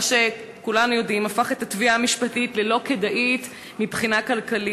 מה שכולנו יודעים שהפך את התביעה המשפטית ללא כדאית מבחינה כלכלית.